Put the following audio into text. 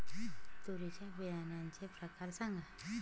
तूरीच्या बियाण्याचे प्रकार सांगा